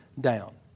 down